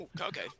okay